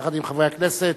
יחד עם חברי הכנסת,